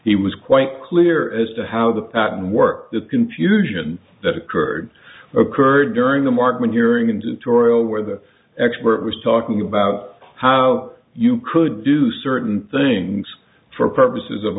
he was quite clear as to how the patent work the confusion that occurred occurred during the mark maturing into tauriel where the expert was talking about how you could do certain things for purposes of